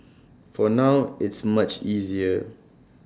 for now it's much easier